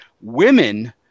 women